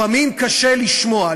לפעמים קשה לשמוע,